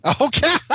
Okay